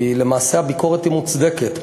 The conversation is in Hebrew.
כי למעשה הביקורת היא מוצדקת.